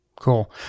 Cool